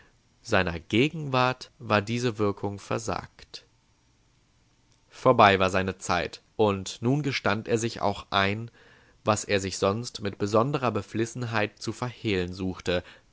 seiner gegenwart war die wirkung versagt vorbei war seine zeit und nun gestand er sich auch ein was er sich sonst mit besonderer beflissenheit zu verhehlen suchte